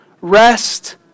Rest